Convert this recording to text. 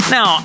Now